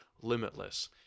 limitless